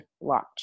launch